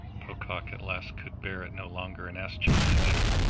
pocock at last could bear it no longer and asked john to dinner.